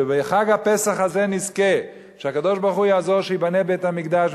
שבחג הפסח הזה נזכה שהקדוש-ברוך-הוא יעזור שייבנה בית-המקדש,